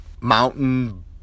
mountain